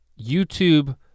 YouTube